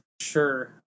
sure